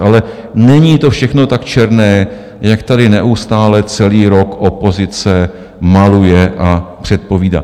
Ale není to všechno tak černé, jak tady neustále celý rok opozice maluje a předpovídá.